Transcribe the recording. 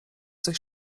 coś